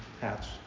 hats